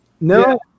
No